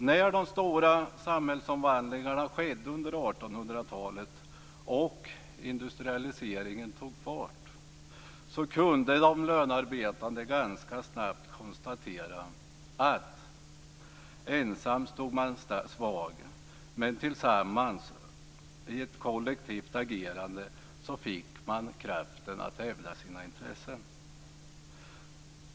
När de stora samhällsomvandlingarna skedde under 1800-talet och industrialiseringen tog fart kunde de lönearbetande ganska snabbt konstatera att ensam stod man svag men tillsammans, i ett kollektivt agerande, fick man kraften att hävda sina intressen.